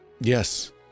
Yes